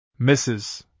Mrs